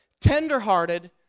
tenderhearted